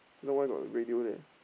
if not why got radio there